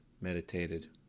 meditated